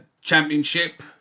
championship